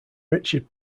richard